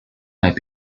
might